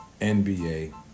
NBA